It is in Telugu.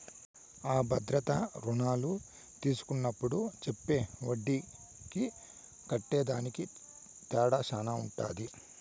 అ భద్రతా రుణాలు తీస్కున్నప్పుడు చెప్పే ఒడ్డీకి కట్టేదానికి తేడా శాన ఉంటది